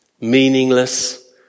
Meaningless